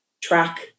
track